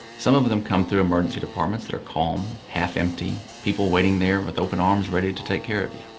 some of them come through emergency departments that are calm, half empty, people waiting there and with open arms ready to take care of you.